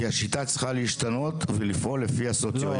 כי השיטה צריכה להשתנות ולפעול לפי הסוציו הישוב.